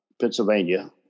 Pennsylvania